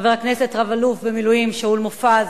חבר הכנסת רב-אלוף במילואים שאול מופז,